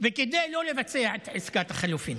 וכדי לא לבצע את עסקת החילופים,